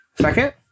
Second